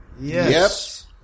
Yes